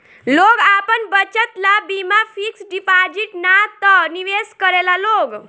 लोग आपन बचत ला बीमा फिक्स डिपाजिट ना त निवेश करेला लोग